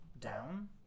Down